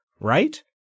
right